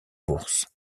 bourse